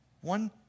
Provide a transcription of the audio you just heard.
One